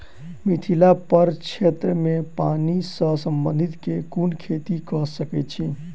मिथिला प्रक्षेत्र मे पानि सऽ संबंधित केँ कुन खेती कऽ सकै छी?